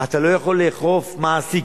אתה לא יכול לאכוף מעסיקים,